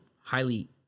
highly